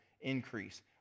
increase